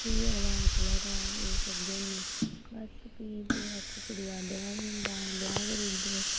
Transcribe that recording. इ'यै रवाज़ चला दा एह् करदे होन्ने बस फ्ही कुड़िया दा ब्याह् होई जंदा ब्याह् करु ओड़दे